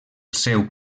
seu